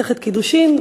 מסכת קידושין,